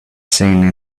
seen